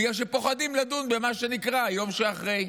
בגלל שפוחדים לדון במה שנקרא היום שאחרי.